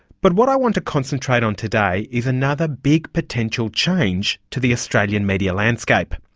but what i want to concentrate on today is another big potential change to the australian media landscape.